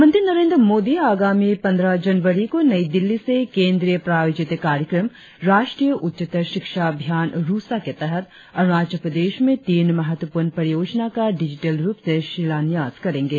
प्रधानमंत्री नरेंद्र मोदी आगामी पंद्रह जनवरी को नई दिल्ली से केंद्रीय प्रायोजित कार्यक्रम राष्ट्रीय उच्चतर शिक्षा अभियान रुसा के तहत अरुणाचल प्रदेश में तीन महत्वपूर्ण परियोजना का डिजिटल रुप से शिलान्यास करेगें